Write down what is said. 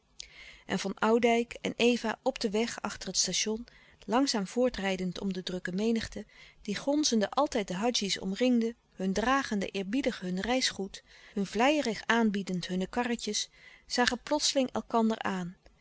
en van oudijck en eva op den weg achter louis couperus de stille kracht het station langzaam voortrijdend om de drukke menigte die gonzende altijd de hadji's omringde hun dragende eerbiedig hun reisgoed hun vleierig aanbiedend hunne karretjes zagen plotseling elkander aan